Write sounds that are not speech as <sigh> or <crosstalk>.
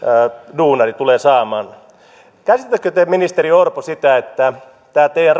duunari tulee saamaan käsitättekö te ministeri orpo sitä että tämä teidän <unintelligible>